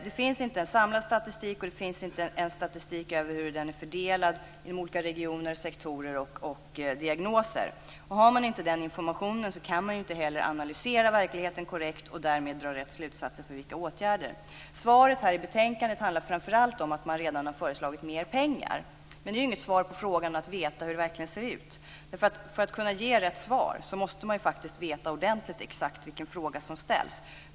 Det finns inte en samlad statistik, och det finns inte en statistik över fördelningen i olika regioner, sektorer och diagnoser. Har man inte den informationen kan man inte heller analysera verkligheten korrekt och därmed dra rätt slutsatser för vilka åtgärder som behövs. Svaret här i betänkandet handlar framför allt om att man redan har föreslagit mer pengar. Men det är inget svar på frågan hur det verkligen ser ut. För att kunna ge rätt svar måste man veta ordentligt exakt vilken fråga som ställs.